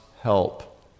help